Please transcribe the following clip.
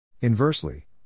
Inversely